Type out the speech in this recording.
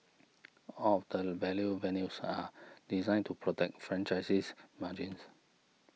all of the value menus are designed to protect franchisees margins